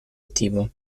attivo